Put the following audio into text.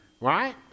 right